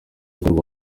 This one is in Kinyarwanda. urubuga